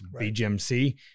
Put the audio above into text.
BGMC